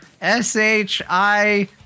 S-H-I